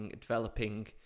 developing